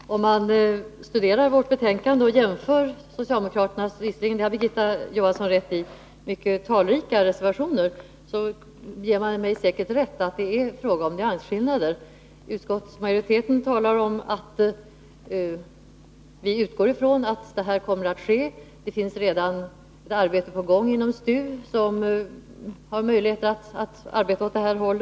Herr talman! Om man studerar vårt betänkande och jämför med socialdemokraternas krav — Birgitta Johansson har visserligen rätt i att reservationerna är många — håller man säkert med mig om att det är fråga om nyansskillnader. Vi i utskottsmajoriteten talar om vad vi utgår från kommer att ske. Det finns redan ett arbete på gång inom STU, där man har möjligheter att arbeta åt detta håll.